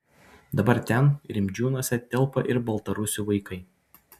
dabar ten rimdžiūnuose telpa ir baltarusių vaikai